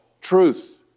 truth